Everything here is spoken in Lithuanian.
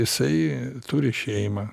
jisai turi šeimą